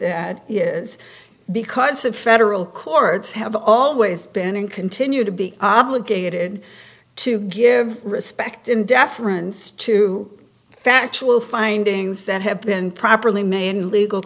that is because the federal courts have always been and continue to be obligated to give respect in deference to factual findings that have been properly main legal